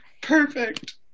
Perfect